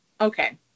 Okay